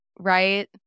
right